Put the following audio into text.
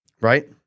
right